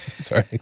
sorry